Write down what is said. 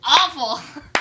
awful